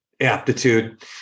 aptitude